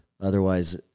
Otherwise